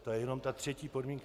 To je jenom ta třetí podmínka.